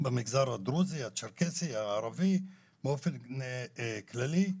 במגזר הדרוזי, הצ'רקסי, הערבי, באופן כללי.